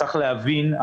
צריך להבין,